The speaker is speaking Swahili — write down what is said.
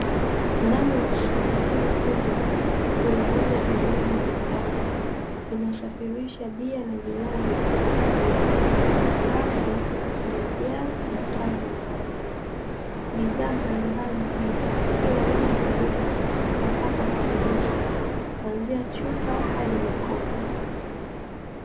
Ndani ya soko hili kubwa kunauuzwa vinywaji vikali, linasafirisha bia na vileo vingine kwa wingi. Rafu zimejaa na taa zinawaka. Bidhaa mbalimbali zipo kila aina ya kinywaji kiko hapa kwa urahisi kuanzia chupa hadi makopo.